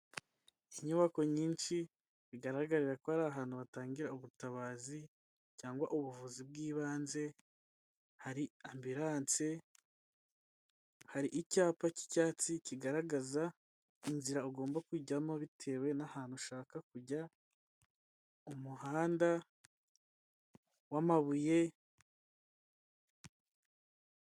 Inyubako nyinshi bigaragarira ko ari ahantu hatangira ubutabazi cyangwa ubuvuzi bw'ibanze, hari ambiranse, hari icyapa cy'icyatsi kigaragaza inzira ugomba kujyamo bitewe n'ahantu ushaka kujya muhanda w'amabuye.